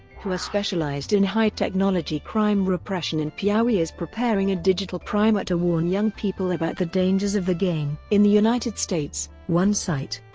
who are specialized in high technology crime repression in piaui is preparing a digital primer to warn young people about the dangers of the game. in the united states, one site,